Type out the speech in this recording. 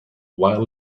while